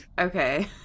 okay